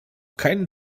keinen